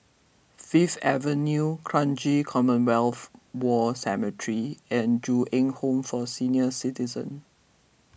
Fifth Avenue Kranji Commonwealth War Cemetery and Ju Eng Home for Senior Citizens